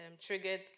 triggered